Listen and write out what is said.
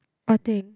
what thing